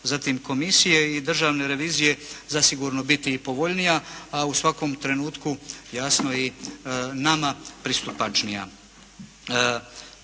zatim komisije i Državne revizije zasigurno biti i povoljnija, a u svakom trenutku jasno i nama pristupačnija.